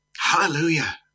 Hallelujah